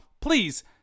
please